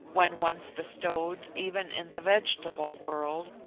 when once bestowed, even in the vegetable world,